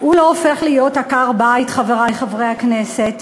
הוא לא הופך להיות עקר-בית, חברי חברי הכנסת.